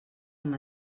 amb